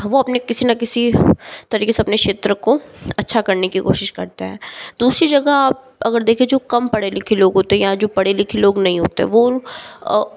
वो अपने किसी ना किसी तरीके से अपने क्षेत्र को अच्छा करने की कोशिश करता है दूसरी जगह आप अगर देखें जो कम पढ़े लिखे लोग होते हैं या जो पढ़े लिखे लोग नहीं होते वो उन